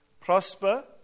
prosper